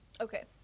Okay